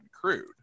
crude